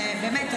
באמת,